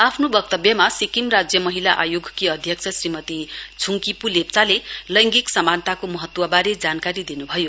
आफ्नो वक्तव्यमा सिक्किम राज्य महिला आयोगकी अध्यक्ष श्रीमती छुङकिपु लेप्चाले लैंगिक समानताको महत्वबारे जानकारी दिनुभयो